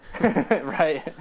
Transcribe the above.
right